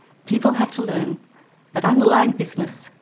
people have to learn that underlying business,